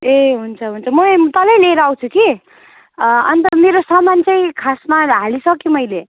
ए हुन्छ हुन्छ म यहाँ तलै लिएर आउँछु कि अन्त मेरो सामान चाहिँ खासमाहरू हालिसकेँ मैले